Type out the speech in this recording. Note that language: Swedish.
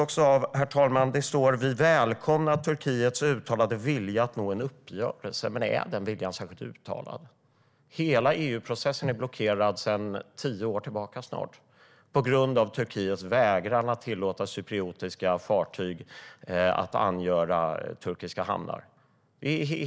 Jag slås av att det står att vi välkomnar Turkiets uttalade vilja att nå en uppgörelse. Men är den viljan särskilt uttalad? Hela EU-processen är blockerad sedan snart tio år tillbaka på grund av Turkiets vägran att tillåta cypriotiska fartyg att angöra turkiska hamnar.